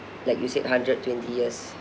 like you said hundred twenty years